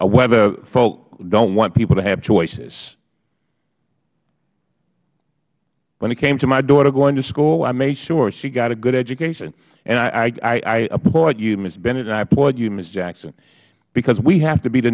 of whether folk don't want people to have choices when it came to my daughter going to school i made sure she got a good education and i applaud you ms bennett and i applaud you ms jackson because we have to be the